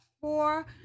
four